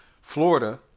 Florida